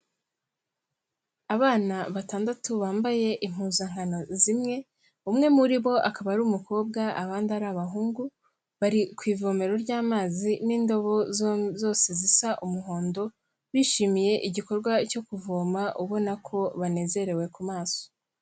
Abana batandatu bambaye impuzankano zimwe, umwe muri bo akaba ari umukobwa abandi ari abahungu, bari ku ivomero ry'amazi n'indobo zose zisa umuhondo, bishimiye igikorwa cyo kuvoma ubona ko banezerewe ku maso.